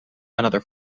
another